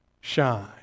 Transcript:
shine